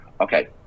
okay